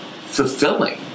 fulfilling